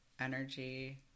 energy